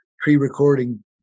pre-recording